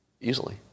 easily